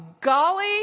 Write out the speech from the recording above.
golly